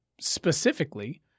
specifically